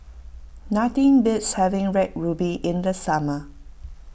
nothing beats having Red Ruby in the summer